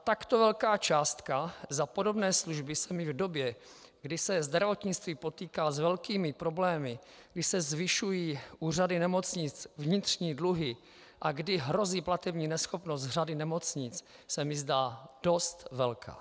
Takto velká částka za podobné služby se mi v době, kdy se zdravotnictví potýká s velkými problémy, kdy se zvyšují u řady nemocnic vnitřní dluhy a kdy hrozí platební neschopnost řady nemocni, zdá dost velká.